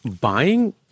buying